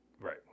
Right